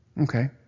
Okay